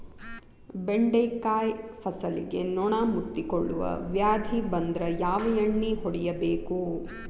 ಬೆಂಡೆಕಾಯ ಫಸಲಿಗೆ ನೊಣ ಮುತ್ತಿಕೊಳ್ಳುವ ವ್ಯಾಧಿ ಬಂದ್ರ ಯಾವ ಎಣ್ಣಿ ಹೊಡಿಯಬೇಕು?